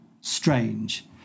strange